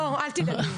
לא, אל תדאגי.